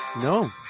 No